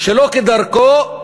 שלא כדרכו,